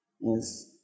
Yes